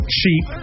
cheap